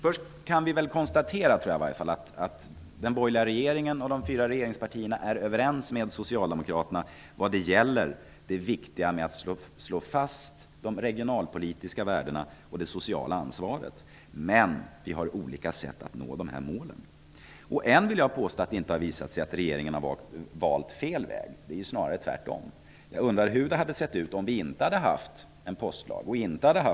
Först kan vi konstatera att den borgerliga regeringen och de fyra regeringspartierna är överens med socialdemokraterna om vikten av att slå fast de regionalpolitiska värdena och det sociala ansvaret. Men vi har olika sätt att nå målen. Jag vill påstå att det ännu inte har visat sig att regeringen har valt fel väg. Det är snarare tvärtom. Jag undrar hur det hade sett ut om vi inte hade haft någon postlag eller telelag.